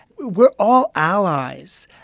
we're all allies.